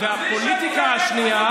והפוליטיקה השנייה,